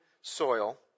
soil